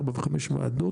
ארבע וחמש ועדות,